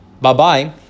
bye-bye